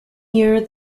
year